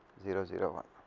zero zero one